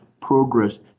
progress